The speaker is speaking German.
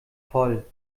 voll